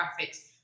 graphics